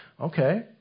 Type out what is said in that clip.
Okay